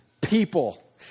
people